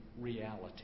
reality